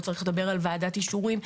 לא צריך לדבר על ועדת אישורים.